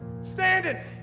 Standing